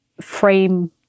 frame